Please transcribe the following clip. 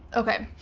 okay,